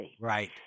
Right